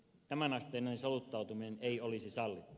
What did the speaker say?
tämän asteinen soluttautuminen ei olisi sallittua